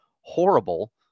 horrible